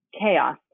chaos